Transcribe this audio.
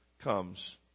comes